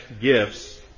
gifts